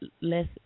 less